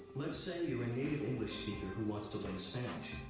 let's say you're a native english who wants to learn spanish.